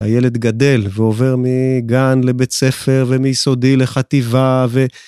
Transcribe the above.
הילד גדל ועובר מגן לבית ספר ומיסודי לחטיבה ו...